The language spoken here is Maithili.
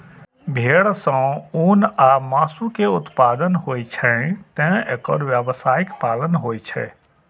भेड़ सं ऊन आ मासु के उत्पादन होइ छैं, तें एकर व्यावसायिक पालन होइ छै